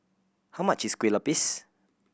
how much is Kuih Lopes